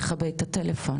תכבה את הטלפון?